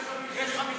50,